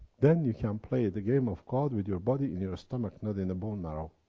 then you can play the game of god with your body. in your stomach, not in a bone marrow.